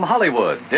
Hollywood